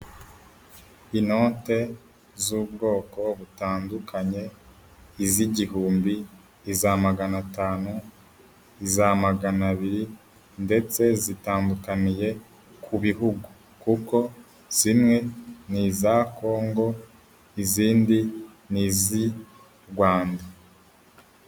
Inote z'ubwoko butandukanye iz'igihumbi, iza magana atanu, iza magana abiri ndetse zitandukaniye ku bihugu kuko zimwe ni iza Kongo izindi ni iz'i Rwanda.